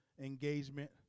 engagement